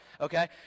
okay